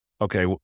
okay